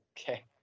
Okay